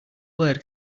word